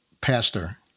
pastor—